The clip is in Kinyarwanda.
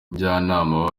njyanama